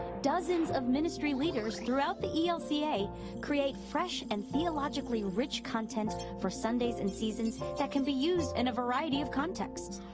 dozens of ministry leaders throughout the elca create fresh and theologically rich content for sundays and seasons that can be used in a variety of contexts.